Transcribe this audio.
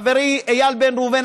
חברי איל בן ראובן.